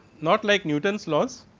not like newton's laws,